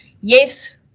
Yes